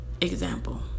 example